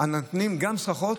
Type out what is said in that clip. נותנים גם סככות,